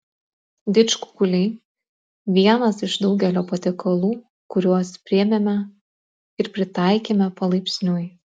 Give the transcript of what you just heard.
didžkukuliai vienas iš daugelio patiekalų kuriuos priėmėme ir pritaikėme palaipsniui